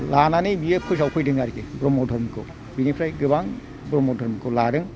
लानानै बियो फोसाव फैदों आरिखि ब्रह्म धोरोमखौ बिनिफ्राय गोबां ब्रह्म धरमखौ लादों